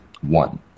one